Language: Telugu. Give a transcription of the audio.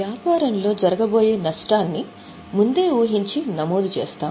కాబట్టి జరగబోయే నష్టాన్ని ముందే ఊహించి నమోదు చేస్తాము